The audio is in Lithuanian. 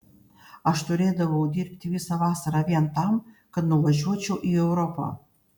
aš turėdavau dirbti visą vasarą vien tam kad nuvažiuočiau į europą